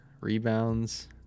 rebounds